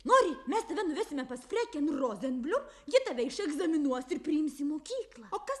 nori mes tave nuvesime pas freken rozenblium ji tave išegzaminuos ir priims į mokyklą